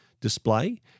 display